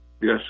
Yes